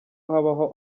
habaho